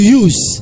use